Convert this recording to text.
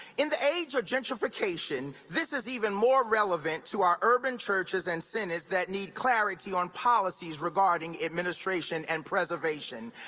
in the age of gentrification, this is even more relevant to our urban churches and synods that need clarity on policies regarding administration and preservation.